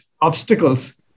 obstacles